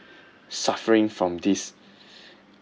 suffering from this